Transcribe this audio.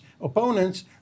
opponents